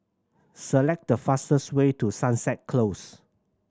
select the fastest way to Sunset Close